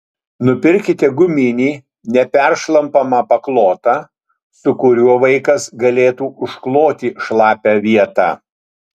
nupirkite guminį neperšlampamą paklotą su kuriuo vaikas galėtų užkloti šlapią vietą